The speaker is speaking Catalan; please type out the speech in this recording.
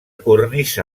cornisa